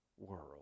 world